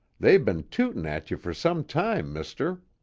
they been tootin' at you for some time, mister.